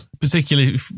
particularly